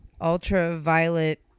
Ultraviolet